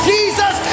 Jesus